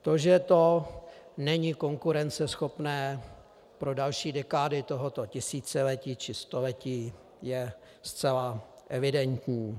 To, že to není konkurenceschopné pro další dekády tohoto tisíciletí či století, je zcela evidentní.